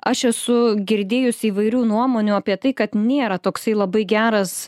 aš esu girdėjus įvairių nuomonių apie tai kad nėra toksai labai geras